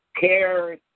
care